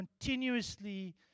continuously